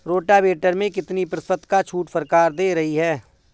Rotavator में कितनी प्रतिशत का छूट सरकार दे रही है?